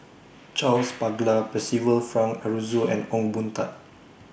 Charles Paglar Percival Frank Aroozoo and Ong Boon Tat